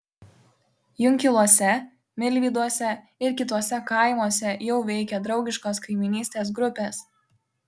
junkiluose milvyduose ir kituose kaimuose jau veikia draugiškos kaimynystės grupės